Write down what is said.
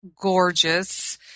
gorgeous